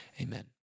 amen